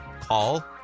call